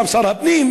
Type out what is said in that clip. גם שר הפנים,